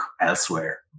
elsewhere